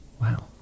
Wow